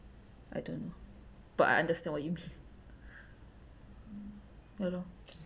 I don't know but I understand what you mean ya lor